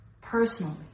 personally